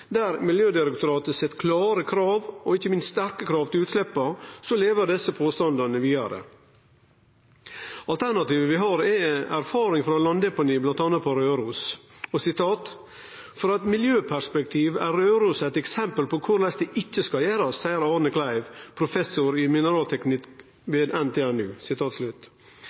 der Miljødirektoratet set klare krav og ikkje minst sterke krav med omsyn til utsleppa, lever desse påstandane vidare. Alternativet vi har, er landdeponi, der vi har erfaring bl.a. frå Røros: «Fra et miljøperspektiv er Røros et eksempel på hvordan det ikke skal gjøres, sier Rolf Arne Kleiv, professor i mineralteknikk ved NTNU.»